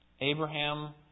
Abraham